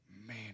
Man